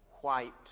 white